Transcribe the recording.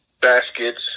baskets